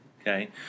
okay